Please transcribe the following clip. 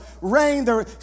rain